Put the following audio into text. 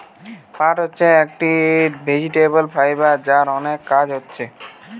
পাট হচ্ছে একটি ভেজিটেবল ফাইবার যার অনেক কাজ হচ্ছে